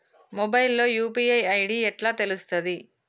Mobile లో UPI ID ఎట్లా తెలుస్తది?